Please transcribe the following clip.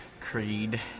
Creed